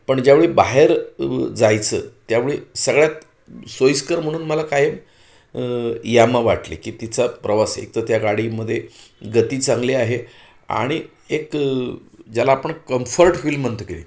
पण ज्यावेळी बाहेर बाहेर जायचं त्यावेळी सगळ्यात सोयीस्कर म्हणून मला कायम यामा वाटली की तिचा प्रवास एकतर त्या गाडीमध्ये गती चांगली आहे आणि एक ज्याला आपण कम्फर्ट फील म्हणतो की नाही